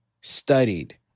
studied